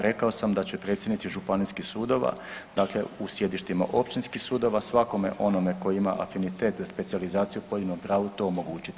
Rekao sam da će predsjednici županijskih sudova, dakle u sjedištima općinskih sudova svakome onome tko ima afinitet da specijalizaciju u pojedinom pravu to omogućiti.